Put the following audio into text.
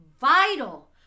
vital